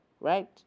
right